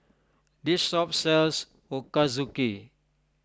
this shop sells Ochazuke